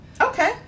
Okay